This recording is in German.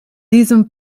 diesem